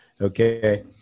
Okay